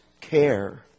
care